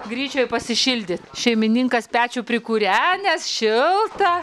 gryčioj pasišildyt šeimininkas pečių prikūrenęs šilta